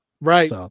Right